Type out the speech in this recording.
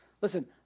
Listen